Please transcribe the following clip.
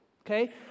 okay